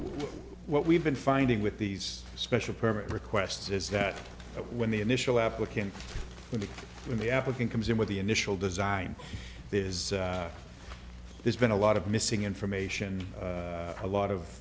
what we've been finding with these special permit requests is that when the initial applicant when the when the african comes in with the initial design there is there's been a lot of missing information a lot of